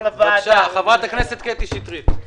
חברת הכנסת קטי שטרית בבקשה.